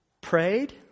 prayed